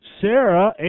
Sarah